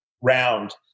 round